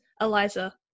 Eliza